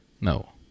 No